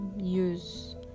use